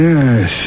Yes